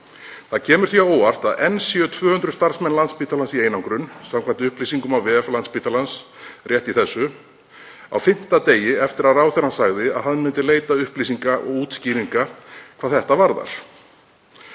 Það kemur því á óvart að enn séu 200 starfsmenn Landspítalans í einangrun samkvæmt upplýsingum á vef Landspítalans rétt í þessu, á fimmta degi eftir að ráðherra sagði að hann myndi leita upplýsinga og útskýringa hvað þetta varðar.